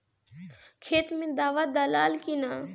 खेत मे दावा दालाल कि न?